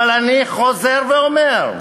אבל אני חוזר ואומר: